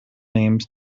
names